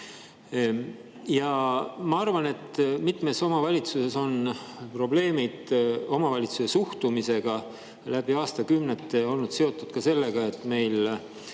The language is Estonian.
Ma arvan, et mitmes omavalitsuses on probleemid omavalitsuse suhtumisega läbi aastakümnete olnud seotud ka sellega, et meil